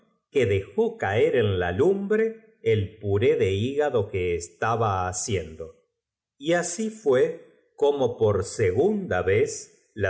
que dejó caer en llos cañone s y soldado s con mecánicos la lumbre el puró de hígado que estaba ha con hombres de estado con ministr os ciendo y asi fué cómo por segund a vez